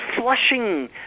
flushing